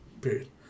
Period